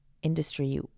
Industry